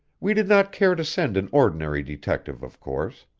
we did not care to send an ordinary detective, of course.